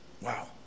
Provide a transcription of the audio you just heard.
Wow